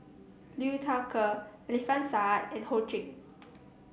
Liu Thai Ker Alfian Sa'at and Ho Ching